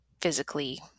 physically